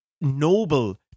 noble